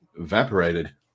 evaporated